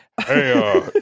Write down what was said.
Hey